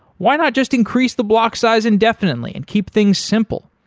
why not just increase the block size indefinitely and keep things simple?